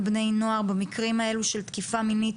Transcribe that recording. בני הנוער במקרים האלה של תקיפה מינית,